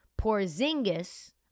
Porzingis